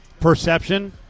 perception